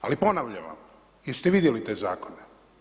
Ali ponavljam vam, jeste vidjeli te zakone?